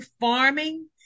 farming